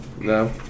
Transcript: No